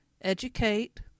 Educate